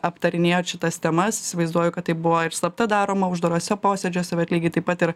aptarinėjat šitas temas įsivaizduoju kad tai buvo ir slapta daroma uždaruose posėdžiuose bet lygiai taip pat ir